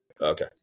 Okay